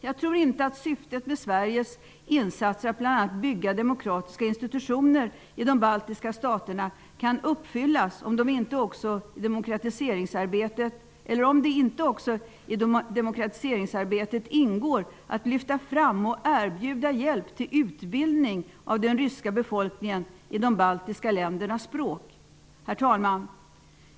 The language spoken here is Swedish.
Jag tror inte att syftet med Sveriges insatser att bl.a. bygga demokratiska institutioner i de baltiska staterna kan uppfyllas om det inte också i demokratiseringsarbetet ingår att lyfta fram och erbjuda hjälp till utbildning av den ryska befolkningen i de baltiska ländernas språk. Herr talman!